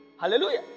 Hallelujah